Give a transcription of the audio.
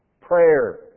prayer